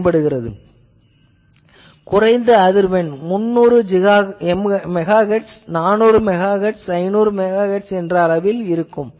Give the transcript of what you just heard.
எனவே அதற்காக குறைந்த அதிர்வெண் 300 MHz 400 MHz அளவில் வேண்டும்